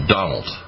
Donald